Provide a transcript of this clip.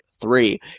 three